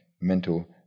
mental